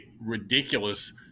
ridiculous